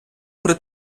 при